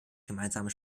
gemeinsamen